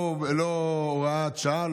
לא הוראת שעה,